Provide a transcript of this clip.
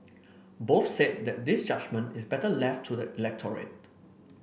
both said that this judgement is better left to the electorate